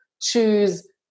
choose